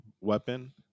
weapon